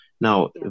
Now